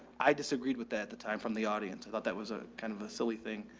i disagreed with that at the time from the audience. i thought that was a kind of a silly thing,